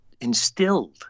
instilled